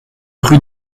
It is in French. rue